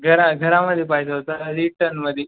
घरात घरामध्ये पाहिजे होता रीटनमध्ये